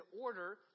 order